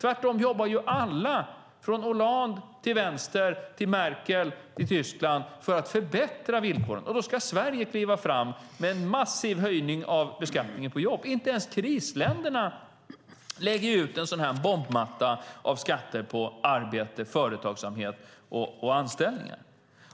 Tvärtom jobbar ju alla, från Hollande till vänster till Merkel i Tyskland, för att förbättra villkoren. Inte ens krisländerna lägger ut en sådan här bombmatta av skatter på arbete, företagsamhet och anställningar.